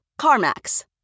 CarMax